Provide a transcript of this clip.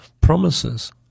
promises